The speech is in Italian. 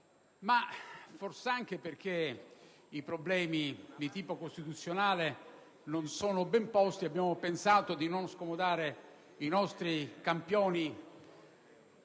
Ma forse, anche perché i problemi di tipo costituzionale non sono ben posti, abbiamo pensato di non scomodare i nostri campioni